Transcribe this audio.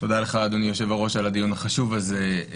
תודה לך, אדוני היושב-ראש, על הדיון החשוב הזה.